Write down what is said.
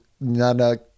Nana